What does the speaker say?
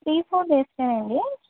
three four డేస్కేనా అండి